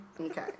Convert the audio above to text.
Okay